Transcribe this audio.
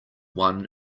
one